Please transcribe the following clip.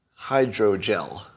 hydrogel